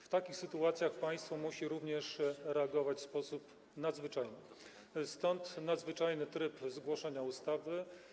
W takich sytuacjach państwo musi również reagować w sposób nadzwyczajny, stąd nadzwyczajny tryb zgłoszenia ustawy.